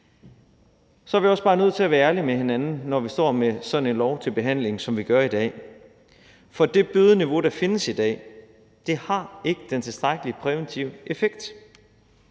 Så er vi også bare nødt til af være ærlige over for hinanden, når vi står med sådan et lovforslag til behandling, som vi gør i dag, for det bødeniveau, der findes i dag, har ikke tilstrækkelig præventiv effekt,